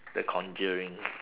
the conjuring